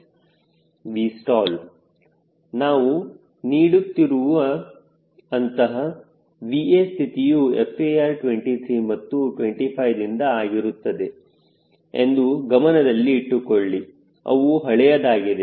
3Vstall ನಾನು ನೀಡುತ್ತಿರುವ ಅಂತಹ VA ಸ್ಥಿತಿಯು FAR 23 ಮತ್ತು 25 ದಿಂದ ಆಗಿರುತ್ತದೆ ಎಂದು ಗಮನದಲ್ಲಿ ಇಟ್ಟುಕೊಳ್ಳಿ ಅವು ಹಳೆಯದಾಗಿದೆ